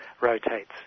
rotates